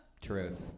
Truth